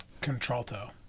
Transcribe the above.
Contralto